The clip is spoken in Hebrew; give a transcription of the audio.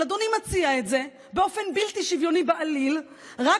אבל אדוני מציע את זה באופן בלתי שוויוני בעליל רק